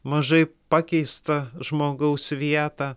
mažai pakeistą žmogaus vietą